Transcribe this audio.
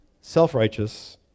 self-righteous